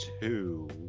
two